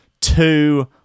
two